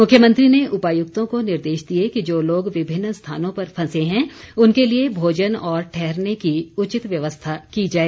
मुख्यमंत्री ने उपायुक्तों को निर्देश दिए कि जो लोग विभिन्न स्थानों पर फंसे हैं उनके लिए भोजन और ठहरने की उचित व्यवस्था की जाए